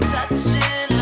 Touching